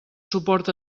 suport